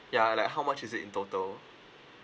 ya like how much is it in total